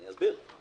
אני אסביר.